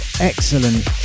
excellent